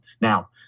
Now